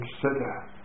consider